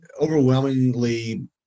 overwhelmingly